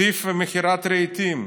סעיף מכירת רהיטים,